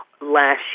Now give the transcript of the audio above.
last